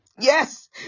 Yes